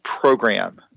program